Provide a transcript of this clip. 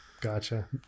Gotcha